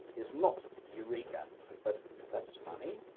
is not eureka' but that's funny.